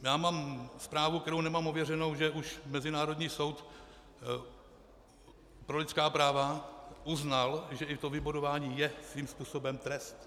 Mám zprávu, kterou nemám ověřenou, že už Mezinárodní soud pro lidská práva uznal, že i vybodování je svým způsobem trest.